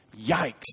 Yikes